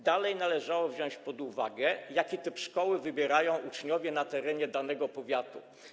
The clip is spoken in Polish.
Dalej, należało wziąć pod uwagę, jaki typ szkoły wybierają uczniowie na terenie danego powiatu.